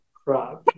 crap